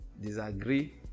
Disagree